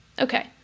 Okay